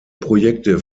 projekte